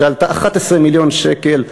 שעלתה 11 מיליון שקל.